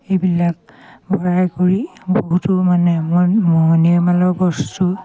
এইবিলাক ভৰাই কৰি বহুতো মানে মন বস্তু